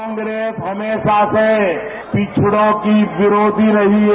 कांग्रेस हमेशा से पिछलों की विरोधी रही है